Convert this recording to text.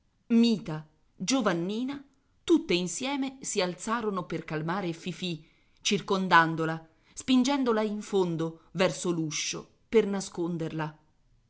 mita giovannina tutte insieme si alzarono per calmare fifì circondandola spingendola in fondo verso l'uscio per nasconderla